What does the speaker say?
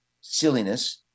silliness